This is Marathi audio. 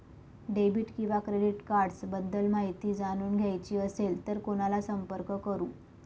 डेबिट किंवा क्रेडिट कार्ड्स बद्दल माहिती जाणून घ्यायची असेल तर कोणाला संपर्क करु?